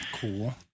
cool